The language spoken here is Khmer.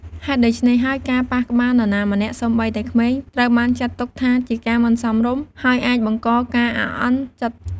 ហេតុដូច្នេះហើយ ការប៉ះក្បាលនរណាម្នាក់ សូម្បីតែក្មេង ត្រូវបានចាត់ទុកថាជាការមិនសមរម្យ ហើយអាចបង្កការអាក់អន់ចិត្ត។